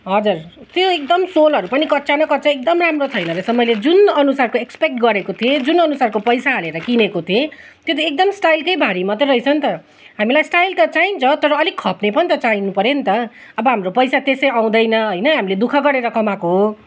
हजर त्यो एकदम सोलहरू पनि कच्चा न कच्चा एकदम राम्रो छैन रैस मैले जुन अनुसारको एक्सपेक्ट गरेको थिएँ जुन अनुसारको पैसा हालेर किनेको थिएँ त्यो त एकदम स्टाइलकै भारी मात्रै रहेछ नि त हामीलाई स्टाइल त चाहिन्छ तर अलिक खप्ने पनि चाहिनु पऱ्यो नि त अब हाम्रो पैसा त्यसै आउँदैन होइन हामीले दुखै गरेर कमाएको हो